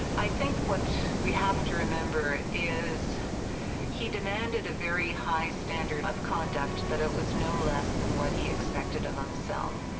i think what we have to remember is he demanded a very high standard of conduct, but it was no less than what he expected of himself.